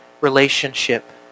relationship